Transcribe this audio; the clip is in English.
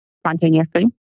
spontaneously